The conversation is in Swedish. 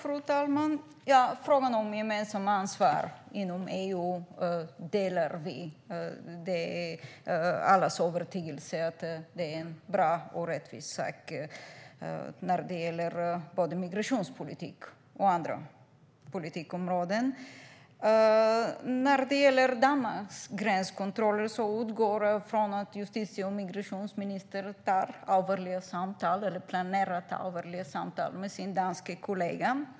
Fru talman! När det gäller att gemensamt ta ansvar inom EU delar vi den åsikten. Det är allas övertygelse att det är bra och rättvist både när det gäller migrationspolitiken och andra politikområden. Beträffande Danmarks gränskontroller utgår jag från att justitie och migrationsministern planerar att ha ett allvarligt samtal med sin danska kollega.